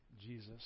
Jesus